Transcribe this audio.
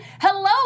Hello